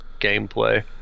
gameplay